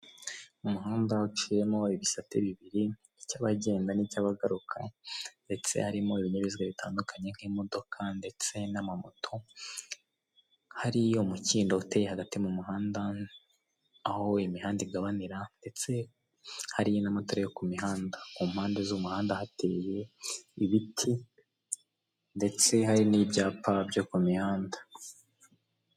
Umuhanda uciyemo ibisate bibiri icy'abagenda n'icyabagaruka ndetse harimo ibinyabiziga bitandukanye nk'imodoka ndetse namamoto, hariyo umukindo uteye hagati mu muhanda aho imihanda igabanira ndetse hari n'amatara yo ku mihanda ku mpande z'umuhanda hateye ibiti ndetse hari n'ibyapa byo ku mihanda.